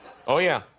oh, yeah.